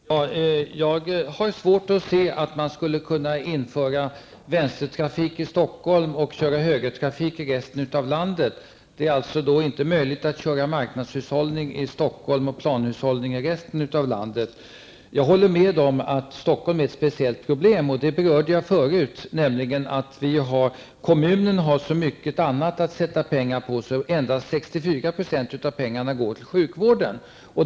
Herr talman! Jag har svårt att se hur man skulle kunna införa vänstertrafik i Stockholm medan resten av landet har högertrafik. Således är det inte möjligt att tillämpa marknadshushållning i Jag håller med om att problemet i Stockholm är speciellt, vilket jag tidigare berörde. Kommunen har så mycket annat att fördela pengarna på, att endast 64 % av pengarna går till sjukvården.